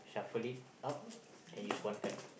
shuffle it up an use one card